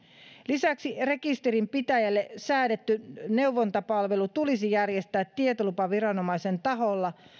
lisäksi rekisterinpitäjälle säädetty neuvontapalvelu tulisi järjestää tietolupaviranomaisen taholta